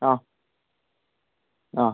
ആ ആ